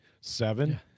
seven